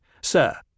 Sir